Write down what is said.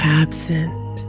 absent